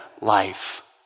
life